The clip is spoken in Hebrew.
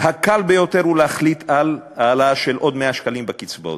הקל ביותר הוא להחליט על העלאה של עוד 100 שקלים בקצבאות.